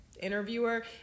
interviewer